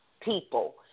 people